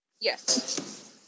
Yes